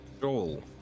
Joel